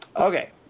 Okay